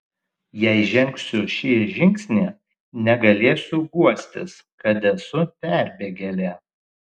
jei žengsiu šį žingsnį negalėsiu guostis kad esu perbėgėlė